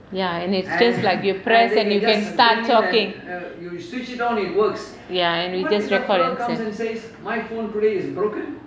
ya and it's just like you press and you can start talking ya and we just record and send